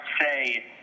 say